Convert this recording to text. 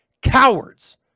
cowards